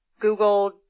Google